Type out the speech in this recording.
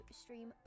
stream